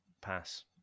Pass